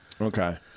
Okay